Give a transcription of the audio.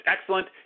excellent